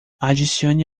adicione